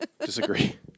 Disagree